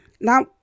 Now